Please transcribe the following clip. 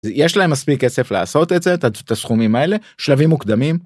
יש להם מספיק כסף לעשות את זה את הסכומים האלה שלבים מוקדמים.